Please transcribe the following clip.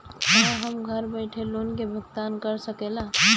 का हम घर बईठे लोन के भुगतान के शकेला?